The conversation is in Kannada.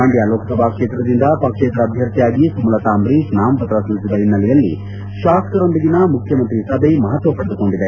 ಮಂಡ್ಕ ಲೋಕಸಭಾ ಕ್ಷೇತ್ರದಿಂದ ಪಕ್ಷೇತರ ಅಭ್ಯರ್ಥಿಯಾಗಿ ಸುಮಲತಾ ಅಂಬರೀಶ್ ನಾಮಪತ್ರ ಸಲ್ಲಿಸಿದ ಒನ್ನೆಲೆಯಲ್ಲಿ ಶಾಸಕರೊಂದಿಗಿನ ಮುಖ್ಯಮಂತ್ರಿ ಸಭೆ ಮಪತ್ವ ಪಡೆದುಕೊಂಡಿದೆ